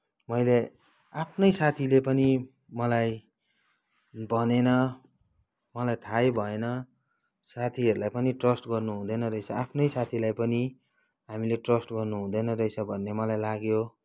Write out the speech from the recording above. मैले आफ्नै साथीले पनि मलाई भनेनँ मलाई थाहै भएन साथीहरूलाई पनि ट्रस्ट गर्नुहुँदैन रहेछ आफ्नै साथीलाई पनि हामीले ट्रस्ट गर्नुहुँदैन रहेछ भन्ने मलाई लाग्यो